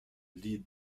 leader